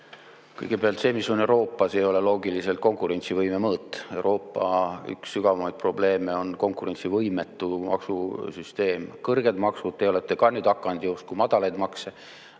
Kõigepealt, see, mis toimub Euroopas, ei ole loogiliselt konkurentsivõime mõõt. Euroopa sügavaimaid probleeme on konkurentsivõimetu maksusüsteem ja kõrged maksud. Te olete ka nüüd hakanud justkui madalaid makse